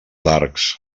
arcs